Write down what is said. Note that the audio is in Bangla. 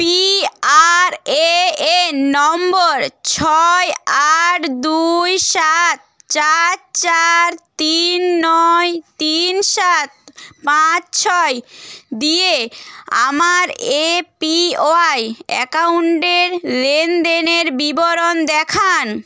পি আর এ এন নম্বর ছয় আট দুই সাত চার চার তিন নয় তিন সাত পাঁচ ছয় দিয়ে আমার এ পি ওয়াই অ্যাকাউন্ডের লেনদেনের বিবরণ দেখান